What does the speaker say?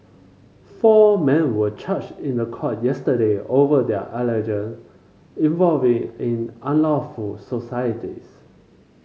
four men were charged in the court yesterday over their alleged involving in unlawful societies